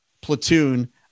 platoon